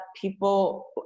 people